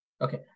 Okay